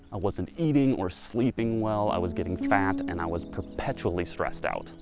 i wasn't eating or sleeping well, i was getting fat and i was perpetually stressed out.